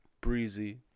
Breezy